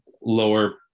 lower